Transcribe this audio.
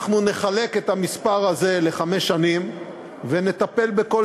אנחנו נחלק את המספר הזה לחמש שנים ונטפל בכל